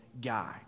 guy